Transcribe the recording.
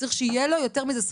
צריך שיהיה לו יותר מזה,